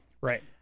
Right